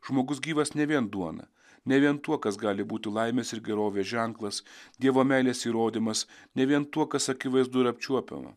žmogus gyvas ne vien duona ne vien tuo kas gali būti laimės ir gerovės ženklas dievo meilės įrodymas ne vien tuo kas akivaizdu ir apčiuopiama